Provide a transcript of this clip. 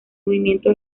movimiento